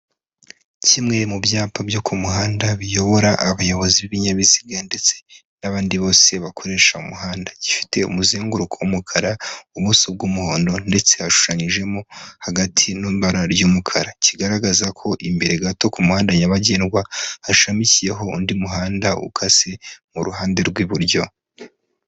Kimwe mu byapa byo ku muhanda biyobora abayobozi b'ibinyabiziga ndetse n'abandi bose bakoresha umuhanda, gifite umuzenguruko w'umukara, ubuso bw'umuhondo ndetse hashushanyijemo hagati n'ibara ry'umukara, kigaragaza ko imbere gato ku muhanda nyabagendwa hashamikiyeho undi muhanda ukase mu ruhande rw'iburyo.